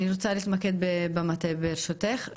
אני רוצה להתמקד במטה ברשותך,